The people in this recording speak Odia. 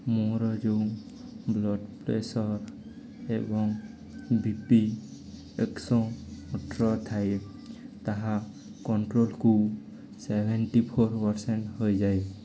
ମୋର ଯୋଉଁ ବ୍ଲଡ଼ ପ୍ରେସର ଏବଂ ବିପି ଏକଶ ଅଠର ଥାଏ ତାହା କଣ୍ଟ୍ରୋଲକୁ ସେଭେଣ୍ଟି ଫୋର୍ ପରସେଣ୍ଟ ହୋଇଯାଏ